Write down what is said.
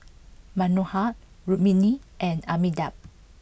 Manohar Rukmini and Amitabh